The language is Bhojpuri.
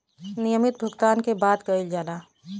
नियमित भुगतान के बात कइल जाला